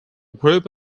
group